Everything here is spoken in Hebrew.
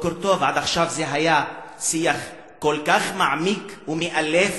בוקר טוב, עד עכשיו זה היה שיח כל כך מעמיק ומאלף